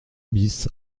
bis